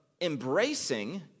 embracing